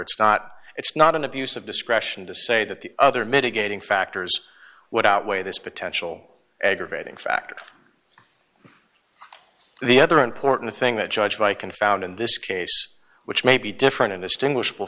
it's not it's not an abuse of discretion to say that the other mitigating factors would outweigh this potential aggravating factor the other important thing that judge like and found in this case which may be different and disting